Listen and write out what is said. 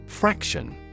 Fraction